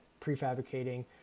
prefabricating